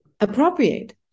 appropriate